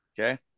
Okay